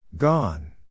Gone